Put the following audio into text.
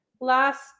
last